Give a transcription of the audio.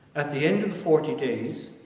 at the end of forty days,